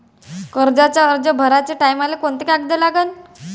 कर्जाचा अर्ज भराचे टायमाले कोंते कागद लागन?